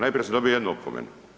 Najprije sam dobio jednu opomenu.